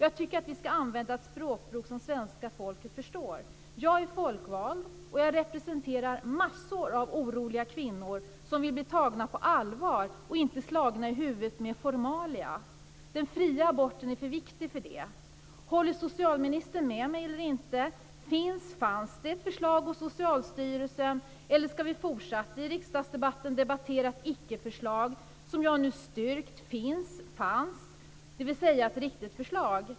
Jag tycker att vi ska använda ett språkbruk som svenska folket förstår. Jag är folkvald, och jag representerar massor av oroliga kvinnor som vill bli tagna på allvar och inte slagna i huvudet med formalia. Den fria aborten är för viktig för det. Håller socialministern med mig eller inte? Finns eller fanns det ett förslag hos Socialstyrelsen, eller ska vi fortsatt i riksdagen debattera ett ickeförslag? Jag har nu styrkt att det finns eller fanns ett riktigt förslag.